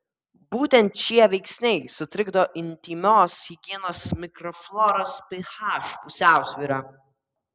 būtent šie veiksniai sutrikdo intymios higienos mikrofloros ph pusiausvyrą